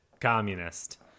communist